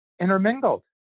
intermingled